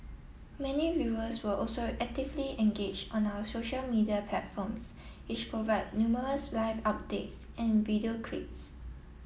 many viewers were also actively engage on our social media platforms which provide numerous live updates and video clips